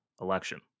election